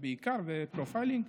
פרופיילינג?